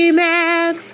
max